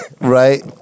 Right